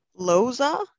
loza